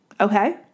okay